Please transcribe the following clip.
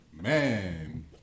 man